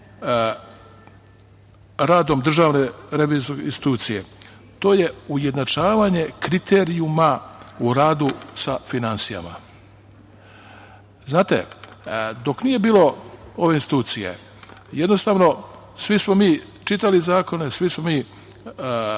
radom DRI, to je ujednačavanje kriterijuma u radu sa finansijama. Znate, dok nije bilo ove institucije jednostavno svi smo mi čitali zakone, svi smo mi